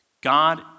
God